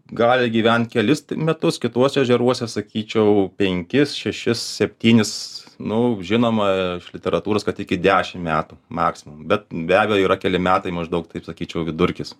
gali gyvent kelis t metus kituose ežeruose sakyčiau penkis šešis septynis nu žinoma iš literatūros kad iki dešim metų maksimum bet be abejo yra keli metai maždaug taip sakyčiau vidurkis